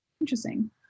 Interesting